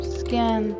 skin